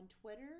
Twitter